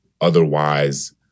otherwise